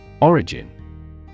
Origin